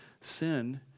sin